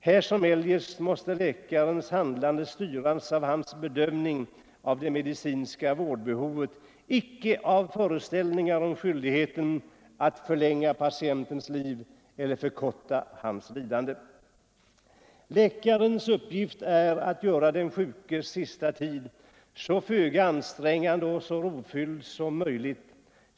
Här som eljest måste läkarens handlande styras av hans bedömning av det medicinska vårdbehovet, icke av föreställningar om skyldighet att ”förlänga patientens liv” eller ”förkorta hans lidande”. Läkarens uppgift är att göra den sjukes sista tid så föga ansträngande och så rofylld som möjligt.